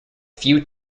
few